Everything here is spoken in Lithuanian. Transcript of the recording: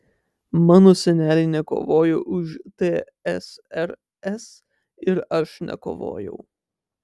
mano seneliai nekovojo už tsrs ir aš nekovojau